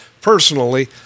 personally